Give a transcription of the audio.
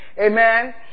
Amen